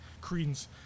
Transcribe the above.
credence